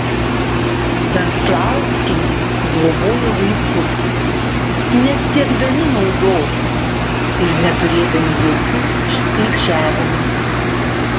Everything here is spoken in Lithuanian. venclauskiai globojo vaikus nesiekdami naudos ir neturėdami jokių išskaičiavimų